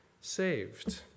saved